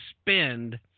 spend